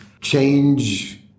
change